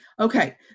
Okay